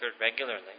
regularly